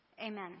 Amen